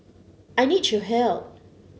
I need your help